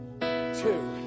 two